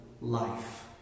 life